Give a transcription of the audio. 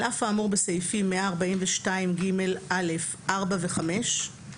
על אף האמור בסעיפים 142ג(א)(4) ו-(5),